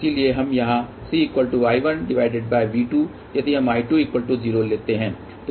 इसलिए हम यहाँ CI1V2 यदि हम I20 लेते हैं